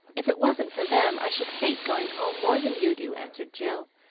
if it wasn't for them i should hate going home more than you do, answered jill,